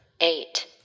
Eight